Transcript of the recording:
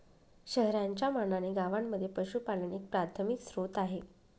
शहरांच्या मानाने गावांमध्ये पशुपालन एक प्राथमिक स्त्रोत आहे